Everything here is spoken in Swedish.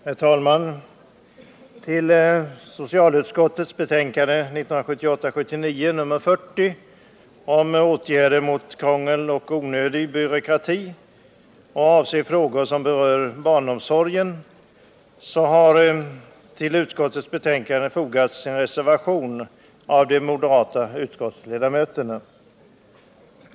Herr talman! Till socialutskottets betänkande 1978/79:40 om åtgärder mot krångel och onödig byråkrati vad avser frågor som rör barnomsorg har fogats en reservation av de moderata utskottsledamöterna.